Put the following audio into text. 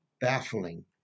baffling